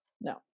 No